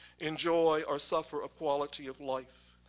enjoy or suffer a quality of life.